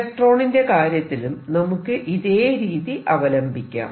ഇലക്ട്രോണിന്റെ കാര്യത്തിലും നമുക്ക് ഇതേ രീതി അവലംബിക്കാം